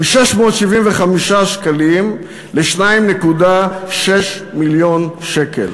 מ-675,000 שקלים ל-2.6 מיליון שקל,